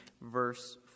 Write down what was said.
verse